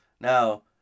now